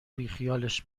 بیخیالش